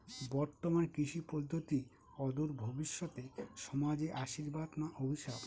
বর্তমান কৃষি পদ্ধতি অদূর ভবিষ্যতে সমাজে আশীর্বাদ না অভিশাপ?